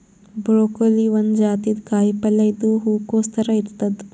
broccoli ಒಂದ್ ಜಾತಿದ್ ಕಾಯಿಪಲ್ಯ ಇದು ಹೂಕೊಸ್ ಥರ ಇರ್ತದ್